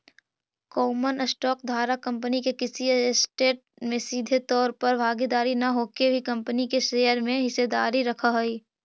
common stock धारक company के किसी ऐसेट में सीधे तौर पर भागीदार न होके भी कंपनी के शेयर में हिस्सेदारी रखऽ हइ